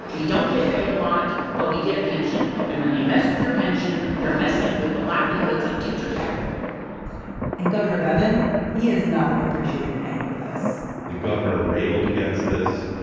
we don't get paid a lot but we get a pension. and when they mess with your pension they're messing with the livelihoods of teachers everywhere and so and governor bevin is not appreciated any of this the governor railed against this.